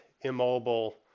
immobile